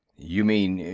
you mean,